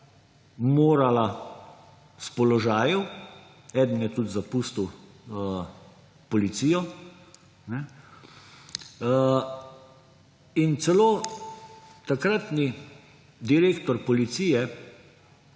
morala s položajev. Eden je tudi zapustil policijo. In celo takratni direktor policije